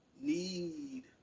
need